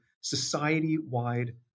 society-wide